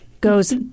goes